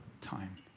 time